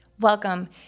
Welcome